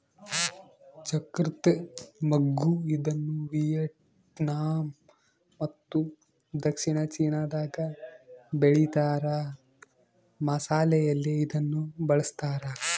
ಚಕ್ತ್ರ ಮಗ್ಗು ಇದನ್ನುವಿಯೆಟ್ನಾಮ್ ಮತ್ತು ದಕ್ಷಿಣ ಚೀನಾದಾಗ ಬೆಳೀತಾರ ಮಸಾಲೆಯಲ್ಲಿ ಇದನ್ನು ಬಳಸ್ತಾರ